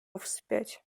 вспять